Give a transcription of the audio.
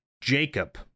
Jacob